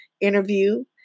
interview